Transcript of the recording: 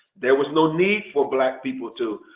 there was no need for black people to,